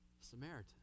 Samaritan